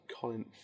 Colin